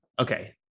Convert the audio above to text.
okay